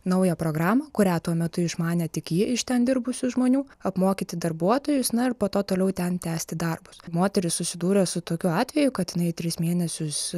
naują programą kurią tuo metu išmanė tik ji iš ten dirbusių žmonių apmokyti darbuotojus na ir po to toliau ten tęsti darbus moteris susidūrė su tokiu atveju kad jinai tris mėnesius